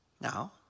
Now